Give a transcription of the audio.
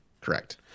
Correct